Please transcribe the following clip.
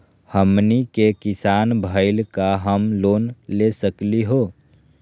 हमनी के किसान भईल, का हम लोन ले सकली हो?